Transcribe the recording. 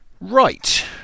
right